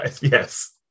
Yes